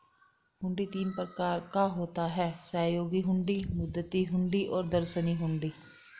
हुंडी तीन प्रकार का होता है सहयोग हुंडी, मुद्दती हुंडी और दर्शनी हुंडी